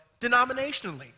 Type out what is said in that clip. denominationally